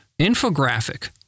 infographic